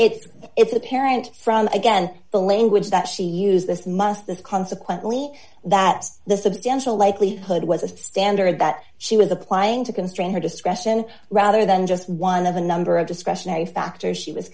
it's it's apparent from again the language that she used this must the consequently that the substantial likelihood was a standard that she was applying to constrain her discretion rather than just one of a number of discretionary factors she was